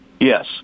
yes